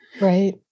Right